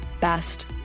best